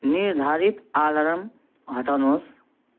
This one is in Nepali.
निर्धारित अलार्म हटाउनुहोस्